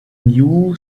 knew